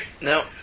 No